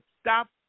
stop